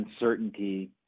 uncertainty